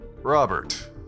Robert